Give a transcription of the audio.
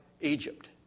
Egypt